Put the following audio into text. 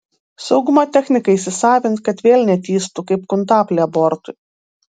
saugumo techniką įsisavint kad vėl netįstų kaip kuntaplį abortui